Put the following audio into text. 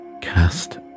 cast